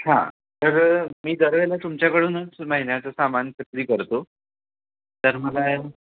हां तर मी दरवेळेला तुमच्याकडूनच महिन्याचं सामान खरेदी करतो तर मला